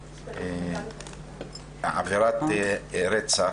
יש עבירת רצח.